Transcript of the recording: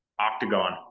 octagon